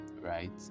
right